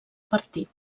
partit